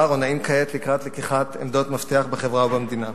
נעים כעת לקראת עמדות מפתח בחברה ובמדינה.